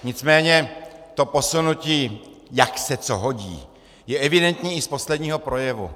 Nicméně to posunutí, jak se co hodí, je evidentní i z posledního projevu.